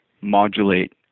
modulate